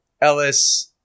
Ellis